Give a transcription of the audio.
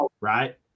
right